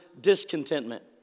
discontentment